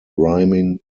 rhyming